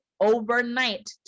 overnight